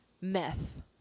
meth